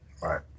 Right